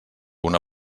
una